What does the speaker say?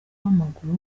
w’amaguru